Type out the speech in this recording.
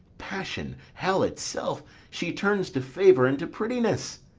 passion, hell itself, she turns to favour and to prettiness.